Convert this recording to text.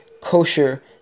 kosher